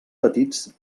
petits